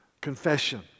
confession